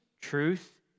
truth